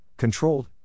controlled